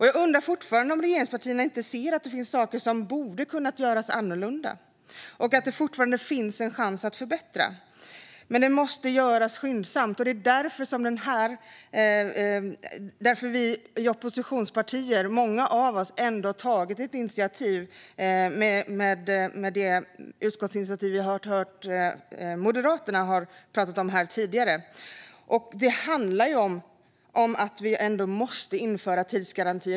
Jag undrar fortfarande om regeringspartierna inte ser att det finns saker som borde ha hanterats annorlunda och att det fortfarande finns en chans att förbättra, men det måste göras skyndsamt. Det är därför många av oss i oppositionen ändå har initierat ett utskottsinitiativ, som Moderaterna har pratat om tidigare. Det handlar om att tidsgarantier ändå måste införas.